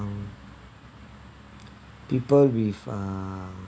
people with a